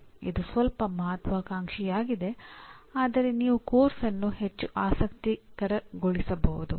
ಇದು ಸ್ವಲ್ಪ ಮಹತ್ವಾಕಾಂಕ್ಷೆಯಾಗಿದೆ ಆದರೆ ನೀವು ಪಠ್ಯಕ್ರಮವನ್ನು ಹೆಚ್ಚು ಆಸಕ್ತಿಕರಗೊಳಿಸಬಹುದು